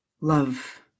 love